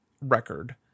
record